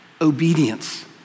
obedience